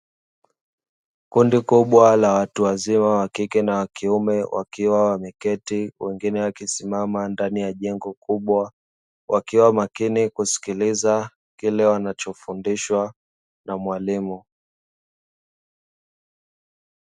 Kundi kubwa la watu wazima wa kike na wa kiume, wakiwa wameketi, wengine wakisimama ndani ya jengo kubwa, wakiwa makini kusikiliza kile wanachofundishwa na mwalimu.